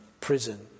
prison